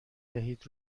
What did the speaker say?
دهید